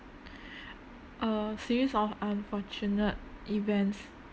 a series of unfortunate events